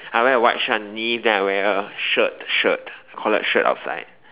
I wear a white shirt underneath then I wear a shirt shirt collared shirt outside